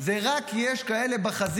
זה רק בגלל שיש כאלה בחזית,